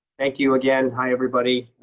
thank you again. hi, everybody.